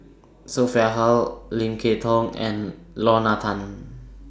Sophia Hull Lim Kay Tong and Lorna Tan